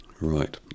Right